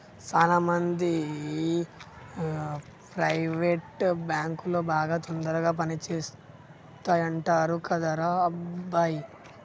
సాన మంది ప్రైవేట్ బాంకులు బాగా తొందరగా పని చేస్తాయంటరు కదరా అబ్బాయి